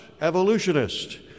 evolutionist